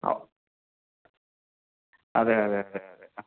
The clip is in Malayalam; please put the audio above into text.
ഒ അതെ അതെ അതെ അതെ അ